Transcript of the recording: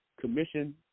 commission